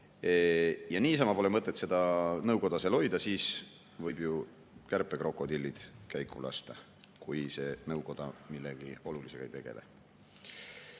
Niisama pole mõtet seda nõukoda seal hoida, siis võib ju kärpekrokodillid käiku lasta, kui see nõukoda millegi olulisega ei tegele. Aga